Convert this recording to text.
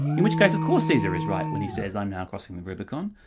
in which case of course caesar is right when he says i'm now crossing the rubicon,